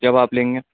جب آپ لیں گے